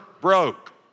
broke